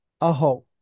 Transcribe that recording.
aho